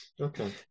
Okay